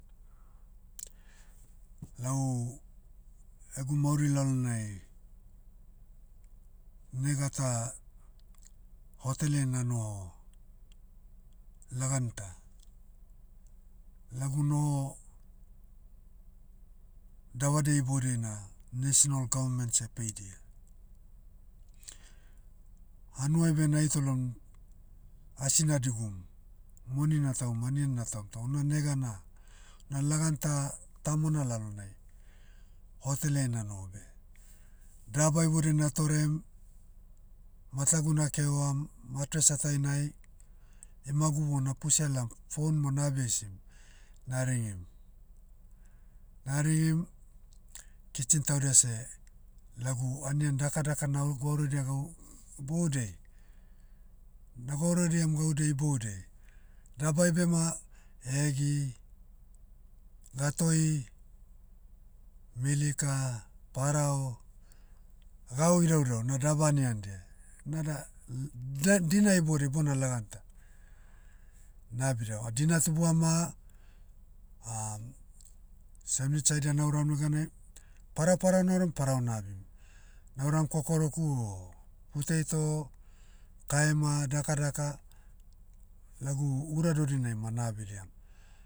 Lau, egu mauri lalonai, nega ta, hoteleai nanoho, lagan ta. Lagu noho, davadia iboudiai na, national government seh peidia. Hanuai beh na hitolom, asina digum, moni natahum anian natahum toh una nega na, na lagan ta- tamona lalonai, hoteleai nanoho beh. Daba iboudai natorem, matagu nakehoam, matress atainai, imagu mo na pusia laom, phone mo nabia isim, na ringim. Na ringim, kitchen taudia seh, lagu anian daka daka nau- gwauraidia gau, iboudiai, na gouraidiam gaudia iboudiai, dabai bem, egi, gatoi, milika, parao, gau idaudau na daba anian dia. Nada, l- da- dina iboudiai bona lagan ta, na abiadiava. Ah dina tubua ma, sandwich haida nauram neganai, parao parao nauram parao na abim. Nauram kokoroku o, puteito, kaema daka daka, lagu ura dodinai ma na abidiam.